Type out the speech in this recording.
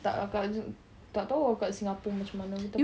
tak kakak macam tak tahu ah singapore macam mana